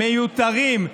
מיותרים,